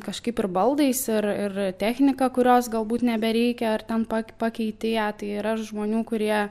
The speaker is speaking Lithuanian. kažkaip ir baldais ir ir technika kurios galbūt nebereikia ar ten pa pakeitei ją tai yra žmonių kurie